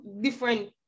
different